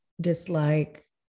dislike